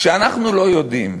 שאנחנו לא יודעים